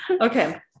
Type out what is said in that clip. Okay